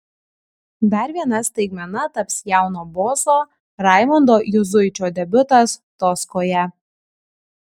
dar viena staigmena taps jauno boso raimundo juzuičio debiutas toskoje